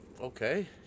okay